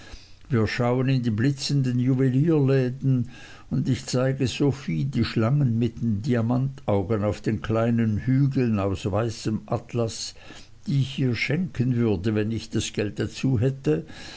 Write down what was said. wir schauen in die blitzenden juwelierläden und ich zeige sophie die schlangen mit den diamantaugen auf den kleinen hügeln aus weißem atlas die ich ihr schenken würde wenn ich das geld dazu hätte